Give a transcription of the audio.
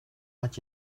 laat